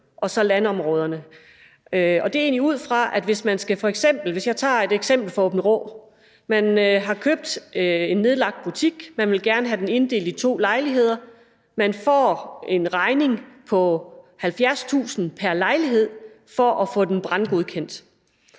og så landområderne, og jeg kan tage et eksempel fra Aabenraa. Man har købt en nedlagt butik, man vil gerne have den inddelt i to lejligheder, og man får en regning på 70.000 kr. pr. lejlighed for at få den brandgodkendt.